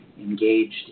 engaged